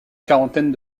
quarantaine